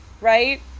right